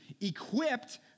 equipped